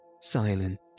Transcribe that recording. silent